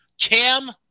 Cam